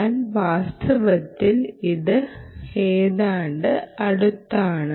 എന്നാൽ വാസ്തവത്തിൽ അത് ഏതാണ്ട് അടുത്താണ്